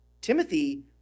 Timothy